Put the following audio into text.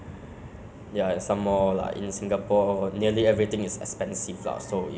you know whatever things you want to purchase is kind of expensive so if healthcare is free I think